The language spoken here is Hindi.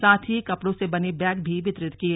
साथ ही कपड़ों से बने बैग भी वितरित किए